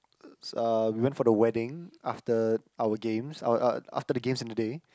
uh we went for the wedding after our games our uh after the games in the day